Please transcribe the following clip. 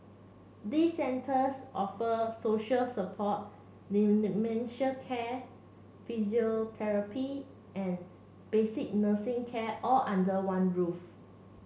these centres offer social support care physiotherapy and basic nursing care all under one roof